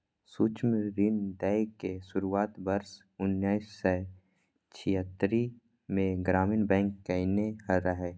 सूक्ष्म ऋण दै के शुरुआत वर्ष उन्नैस सय छिहत्तरि मे ग्रामीण बैंक कयने रहै